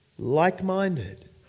Like-minded